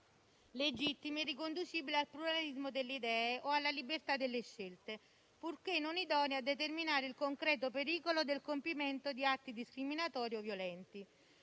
legittime riconducibili al pluralismo delle idee o alla libertà delle scelte, purché non idonee a determinare il concreto pericolo del compimento di atti discriminatori o violenti.